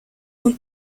son